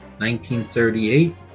1938